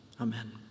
Amen